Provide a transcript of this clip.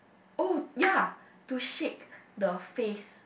oh ya to shed the faith